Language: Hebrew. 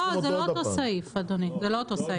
לא זה לא אותו סעיף אדוני, זה לא אותו סעיף.